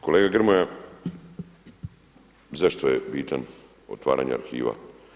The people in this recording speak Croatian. Kolega Grmoja, zašto je bitan otvaranje arhiva?